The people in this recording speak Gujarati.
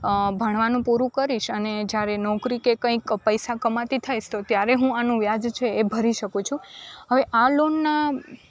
ભણવાનું પૂરું કરીશ અને જ્યારે નોકરી કે કંઈક પૈસા કમાતી થઈશ તો ત્યારે હું આનું વ્યાજ છે એ ભરી શકું છું હવે આ લોનના